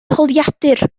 holiadur